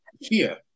fear